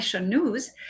news